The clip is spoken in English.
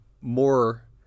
more